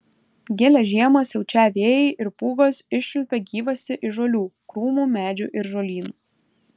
gilią žiemą siaučią vėjai ir pūgos iščiulpia gyvastį iš žolių krūmų medžių ir žolynų